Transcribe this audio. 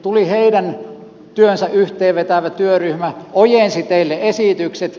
tuli heidän työnsä yhteen vetävä työryhmä ojensi teille esitykset